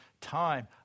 time